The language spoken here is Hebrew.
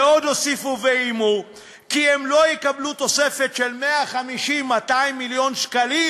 עוד הוסיפו ואיימו כי אם לא יקבלו תוספת של 150 200 מיליון שקלים,